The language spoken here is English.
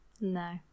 No